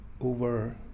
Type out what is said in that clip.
over